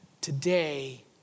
today